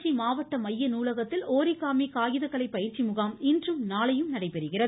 திருச்சி மாவட்ட மைய நூலகத்தில் ஓரி காமி காகித கலை பயிற்சி முகாம் இன்றும் நாளையும் நடைபெற உள்ளது